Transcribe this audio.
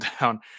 down